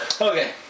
okay